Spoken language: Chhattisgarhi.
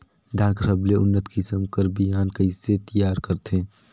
धान कर सबले उन्नत किसम कर बिहान कइसे तियार करथे?